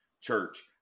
church